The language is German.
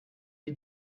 wie